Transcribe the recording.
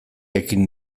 ekin